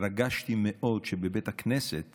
התרגשתי מאוד שבבית הכנסת